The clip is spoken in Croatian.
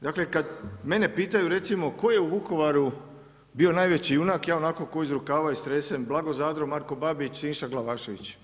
Dakle kad mene pitaju recimo tko je u Vukovaru bio najveći junak, ja onako kao iz rukava istresem blago Zadru Marko Babić, Siniša Glavašević.